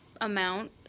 amount